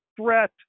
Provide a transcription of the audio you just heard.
threat